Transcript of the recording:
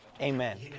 Amen